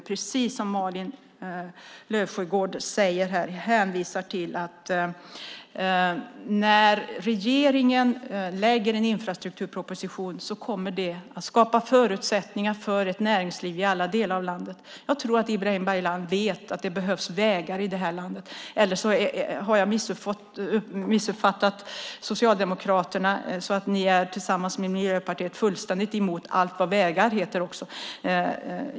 Det är precis som Malin Löfsjögård säger: När regeringen lägger fram sin infrastrukturproposition kommer det att skapa förutsättningar för ett näringsliv i alla delar av landet. Jag tror att Ibrahim Baylan vet att det behövs vägar i det här landet. Eller så har jag missuppfattat Socialdemokraterna. Ni kanske tillsammans med Miljöpartiet är fullständigt emot allt vad vägar heter.